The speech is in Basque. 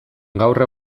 gaur